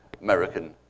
American